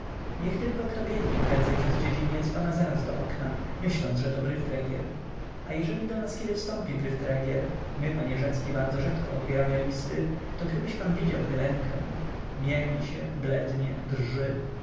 niech tylko kto biegnie prędzej przez dziedziniec ona zaraz do okna myśląc że to bryftregier a jeżeli do nas kiedy wstąpi bryftregier my panie rzecki bardzo rzadko odbieramy listy to gdybyś pan widział helenkę mieni się blednie drży